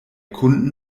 kunden